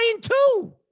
two